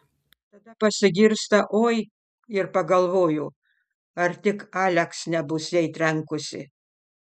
tada pasigirsta oi ir pagalvoju ar tik aleks nebus jai trenkusi